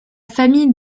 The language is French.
famille